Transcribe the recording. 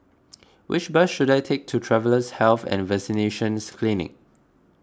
which bus should I take to Travellers' Health and Vaccination Clinic